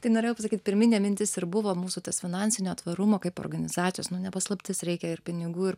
tai norėjau pasakyt pirminė mintis ir buvo mūsų tas finansinio tvarumo kaip organizacijos nu ne paslaptis reikia ir pinigų ir